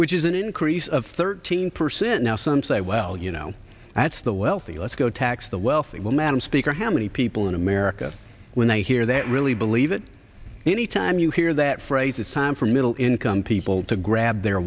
which is an increase of thirteen percent now some say well you know that's the wealthy let's go tax the wealthy well madam speaker how many people in america when i hear that really believe it any time you hear that phrase it's time for middle income people to grab their